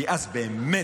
כי אז באמת